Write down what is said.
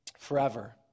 forever